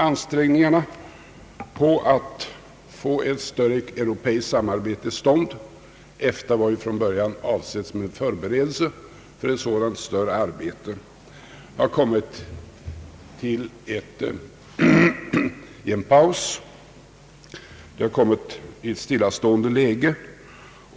Ansträngningarna att få ett större europeiskt samarbete till stånd — EFTA var ju från början avsett som en förberedelse för ett sådant större samarbete — har hamnat i en paus, ett stillastående.